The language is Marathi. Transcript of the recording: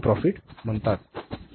प्रॉफिट म्हणतात